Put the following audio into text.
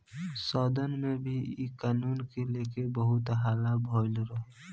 सदन में भी इ कानून के लेके बहुत हल्ला भईल रहे